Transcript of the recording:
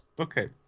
Okay